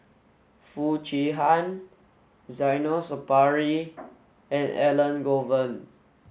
Foo Chee Han Zainal Sapari and Elangovan